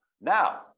Now